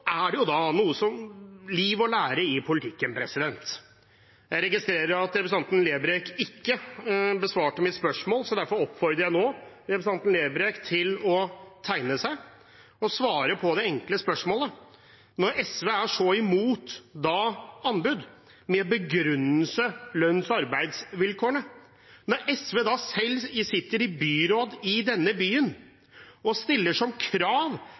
lære i politikken. Jeg registrerer at representanten Lerbrekk ikke besvarte mitt spørsmål, derfor oppfordrer jeg henne nå til å tegne seg og svare på det enkle spørsmålet: Når SV er så imot anbud med begrunnelse i lønns- og arbeidsvilkår, når SV selv sitter i byråd i denne byen og stiller som krav